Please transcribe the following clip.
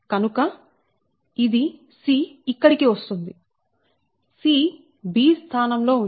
కనుక ఇది c ఇక్కడికి వస్తుంది 'c' 'b' స్థానంలో ఉంది